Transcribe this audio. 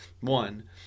one